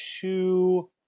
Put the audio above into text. two